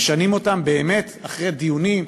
משנים אותם באמת אחרי דיונים,